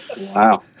Wow